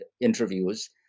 interviews